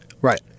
Right